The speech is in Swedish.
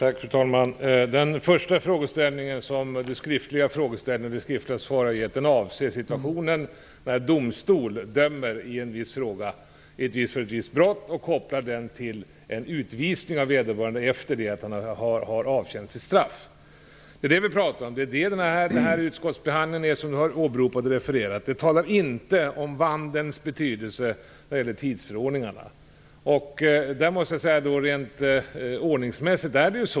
Fru talman! Den första frågeställningen, som mitt skriftliga svar avser, gäller situationen då domstol dömer i en viss fråga för ett visst brott och kopplar domen till en utvisning av vederbörande efter det att han har avtjänat sitt straff. Det är det vi pratar om. Det är vad den utskottsbehandling som Sigrid Bolkéus har refererat till handlar om. Den handlar inte om vandelns betydelse när det gäller tidsförordningen.